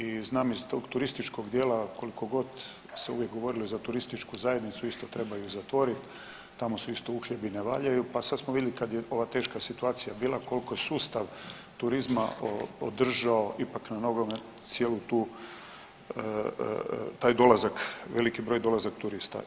I znam iz tog turističkog djela, koliko god se uvijek govorilo za Turističku zajednicu, isto treba ju zatvorit, tamo su isto uhljebi i ne valjaju, pa sad smo vidli kad je ova teška situacija bila, kolko sustav turizma održao ipak na nogama cijelu tu, taj dolazak, veliki broj dolazaka turista.